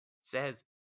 says